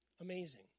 Amazing